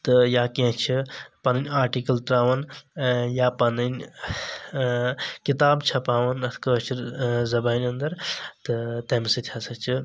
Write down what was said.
تہٕ یا کیٚنٛہہ چھ پنٔنۍ آرٹِکل ترٛاوان یا پنٔنۍ کِتاب چھپاوان اتھ کأشر زبانہِ انٛدر تہٕ تٔمہِ سۭتۍ ہسا چھ